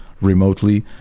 remotely